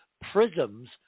prisms